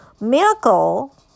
Miracle